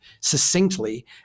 succinctly